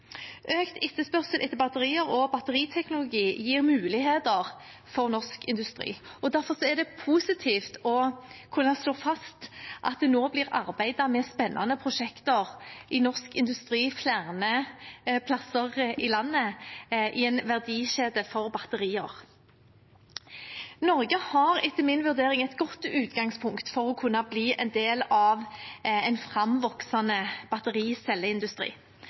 Økt etterspørsel etter batterier og batteriteknologi gir muligheter for norsk industri, og derfor er det positivt å kunne slå fast at det nå blir arbeidet med spennende prosjekter i norsk industri flere steder i landet, i en verdikjede for batterier. Norge har etter min vurdering et godt utgangspunkt for å kunne bli en del av en framvoksende